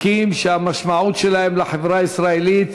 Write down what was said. חוקים שאין שיעור למשמעות שלהם לחברה הישראלית.